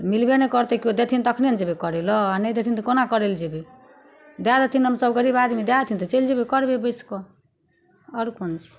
मिलबे नहि करतै केओ देथिन तखने ने जेबै करै लए आओर नहि देथिन तऽ कोना करै लए जेबै दए देथिन हमसब गरीब आदमी दए देथिन तऽ चलि जेबै करबै बैसिकऽ आओर कोन छै